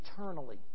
eternally